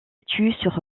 situe